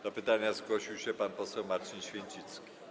Do pytania zgłosił się pan poseł Marcin Święcicki.